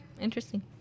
interesting